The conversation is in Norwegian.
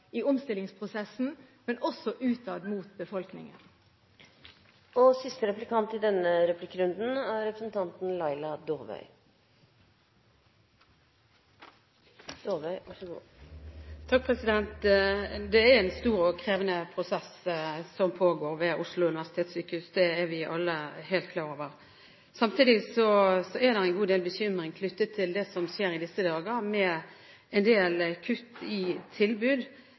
i omstillingsprosessen og utad mot befolkningen, Det er en stor og krevende prosess som pågår ved Oslo universitetssykehus. Det er vi alle helt klar over. Samtidig er det en god del bekymring knyttet til det som skjer i disse dager, med en del kutt i tilbud